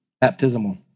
baptismal